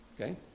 Okay